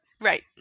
Right